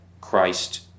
Christ